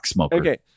Okay